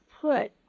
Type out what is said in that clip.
put